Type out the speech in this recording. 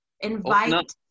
invite